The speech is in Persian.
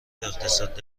اقتصاد